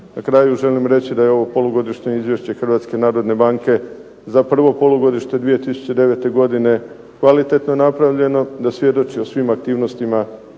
Na kraju želim reći da je ovo polugodišnje izvješće Hrvatske narodne banke za prvo polugodište 2009. godine kvalitetno napravljeno, da svjedoči o svim aktivnostima Hrvatske narodne banke